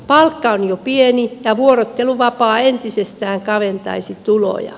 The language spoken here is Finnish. palkka on jo pieni ja vuorotteluvapaa entisestään kaventaisi tuloja